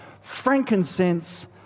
frankincense